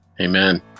Amen